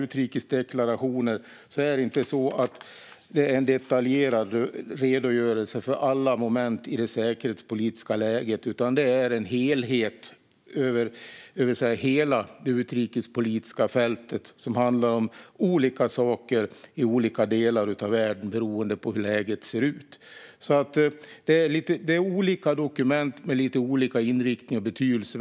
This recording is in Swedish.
Utrikesdeklarationen är ingen detaljerad redogörelse för alla moment i det säkerhetspolitikiska läget, utan den behandlar hela det utrikespolitiska fältet, som handlar om olika saker i olika delar av världen beroende på hur läget ser ut. Det är olika dokument med lite olika inriktning och betydelse.